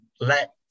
let